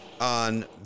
on